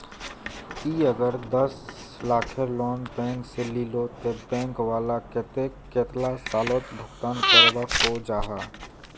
ती अगर दस लाखेर लोन बैंक से लिलो ते बैंक वाला कतेक कतेला सालोत भुगतान करवा को जाहा?